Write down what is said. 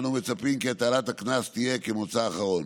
אנו מצפים כי הטלת הקנס תהיה מוצא אחרון.